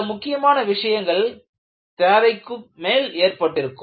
சில முக்கியமான விஷயங்கள் தேவைக்கும் ஏற்பட்டிருக்கும்